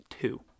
two